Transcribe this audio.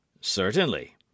Certainly